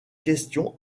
question